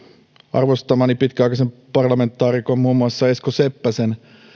arvostamani pitkäaikaisen parlamentaarikon muun muassa esko seppäsen